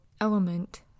element